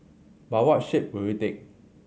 but what shape will it take